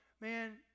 man